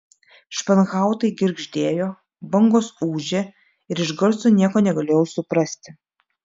španhautai girgždėjo bangos ūžė ir iš garso nieko negalėjau suprasti